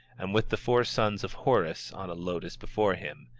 and with the four sons of horus on a lotus before him,